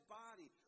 body